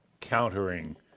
countering